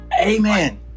Amen